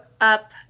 up